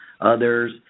others